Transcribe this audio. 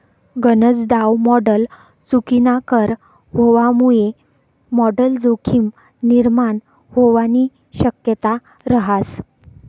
गनज दाव मॉडल चुकीनाकर व्हवामुये मॉडल जोखीम निर्माण व्हवानी शक्यता रहास